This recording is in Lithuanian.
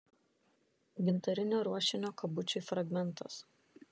gintarinio ruošinio kabučiui fragmentas